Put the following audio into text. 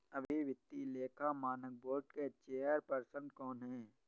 अभी वित्तीय लेखा मानक बोर्ड के चेयरपर्सन कौन हैं?